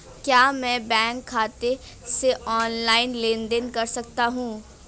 क्या मैं बैंक खाते से ऑनलाइन लेनदेन कर सकता हूं?